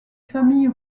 famille